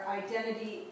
identity